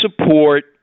support